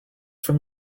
from